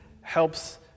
helps